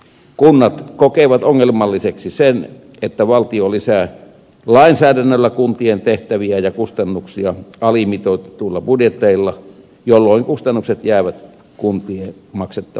kunnat kokevat ongelmalliseksi sen että valtio lisää lainsäädännöllä kuntien tehtäviä ja kustannuksia alimitoitetuilla budjeteilla jolloin kustannukset jäävät kuntien maksettavaksi